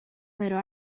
però